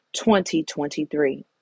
2023